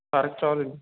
పరక చాలు